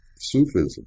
Sufism